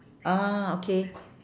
ah okay